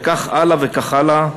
וכך הלאה וכך הלאה.